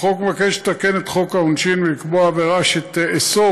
החוק נועד לתקן את חוק העונשין ולקבוע עבירה שתאסור